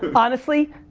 but honestly,